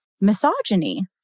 misogyny